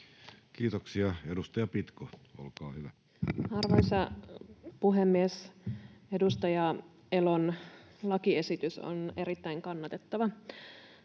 Kiitoksia. — Edustaja Pitko, olkaa hyvä. Arvoisa puhemies! Edustaja Elon lakiesitys on erittäin kannatettava.